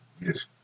Yes